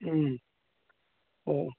ꯎꯝ ꯑꯣ ꯑꯣ